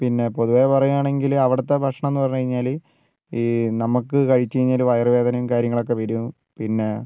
പിന്നെ പൊതുവെ പറയുകയാണെങ്കിൽ അവിടുത്തെ ഭക്ഷണം എന്ന് പറഞ്ഞു കഴിഞ്ഞാൽ ഈ നമുക്ക് കഴിച്ച് കഴിഞ്ഞാൽ വയറു വേദനയും കാര്യങ്ങളൊക്കെ വരും പിന്നെ